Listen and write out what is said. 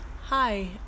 Hi